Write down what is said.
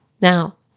Now